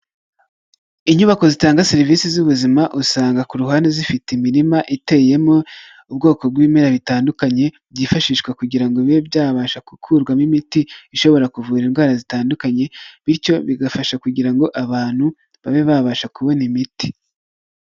Inyubako zitanga serivisi z'ubuzima usanga ku ruhande zifite imirima iteyemo ubwoko bw'ibimera bitandukanye byifashishwa kugira ngo bibe byabasha gukurwamo imiti ishobora kuvura indwara zitandukanye, bityo bigafasha kugira ngo abantu babe babasha kubona imiti.